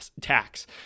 tax